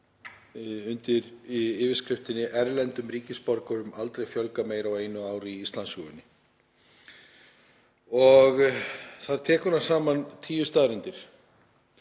undir yfirskriftinni „Erlendum ríkisborgurum aldrei fjölgað meira á einu ári í Íslandssögunni“ og þar tekur hann saman tíu staðreyndir